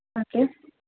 okay